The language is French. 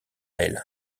elle